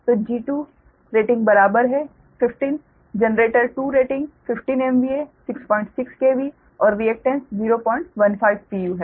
तो G2 rating बराबर है 15 जनरेटर 2 रेटिंग 15 MVA 66 KV और रिएकटेन्स 015 pu है